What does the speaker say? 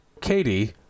Katie